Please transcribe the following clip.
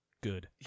good